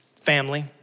family